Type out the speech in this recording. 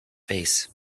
face